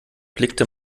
blickte